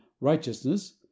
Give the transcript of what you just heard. righteousness